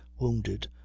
wounded